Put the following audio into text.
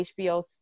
hbo